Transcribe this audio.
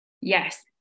Yes